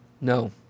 No